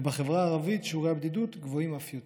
ובחברה הערבית שיעורי הבדידות גבוהים אף יותר.